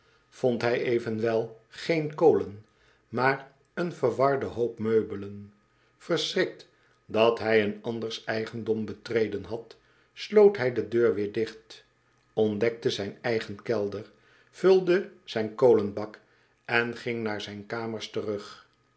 vond hij evenwel geen kolen maar een verwarden hoop meubelen verschrikt dat hij een anders eigendom betreden had sloot hij de deur weer dicht ontdekte zijn eigen kelder vulde zijn kolenbak en ging naar zijn kamers terug